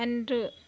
அன்று